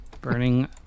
Burning